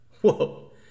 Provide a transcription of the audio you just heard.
Whoa